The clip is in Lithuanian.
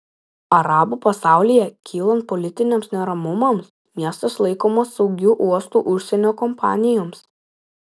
arabų pasaulyje kylant politiniams neramumams miestas laikomas saugiu uostu užsienio kompanijoms